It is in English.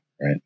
Right